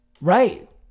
right